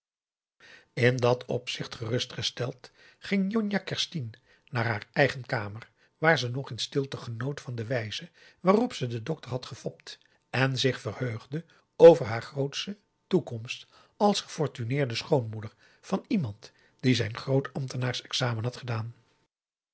in dat opzicht gerustgesteld ging njonjah kerstien naar haar eigen kamer waar ze nog in stilte genoot van de wijze waarop ze den dokter had gefopt en zich verheugde over haar grootsche toekomst als gefortuneerde schoonmoeder van iemand die zijn groot ambtenaarsexamen had gedaan